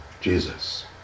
Jesus